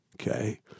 Okay